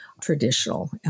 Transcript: traditional